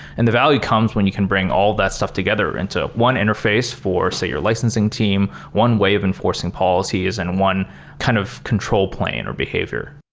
and the value comes when you can bring all of that stuff together into one interface for, say, your licensing team. one way of enforcing policy is in and one kind of control plane or behavior.